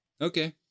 Okay